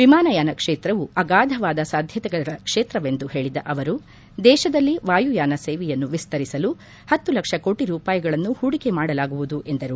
ವಿಮಾನಯಾನ ಕ್ಷೇತ್ರವು ಅಗಾಧವಾದ ಸಾಧ್ಯತೆಗಳ ಕ್ಷೇತ್ರವೆಂದು ಹೇಳಿದ ಅವರು ದೇಶದಲ್ಲಿ ವಾಯುಯಾನ ಸೇವೆಯನ್ನು ವಿಸ್ತರಿಸಲು ಹತ್ತು ಲಕ್ಷ ಕೋಟ ರೂಪಾಯಿಗಳನ್ನು ಹೂಡಿಕೆ ಮಾಡಲಾಗುವುದು ಎಂದರು